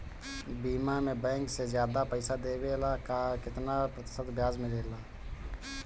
बीमा में बैंक से ज्यादा पइसा देवेला का कितना प्रतिशत ब्याज मिलेला?